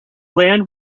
land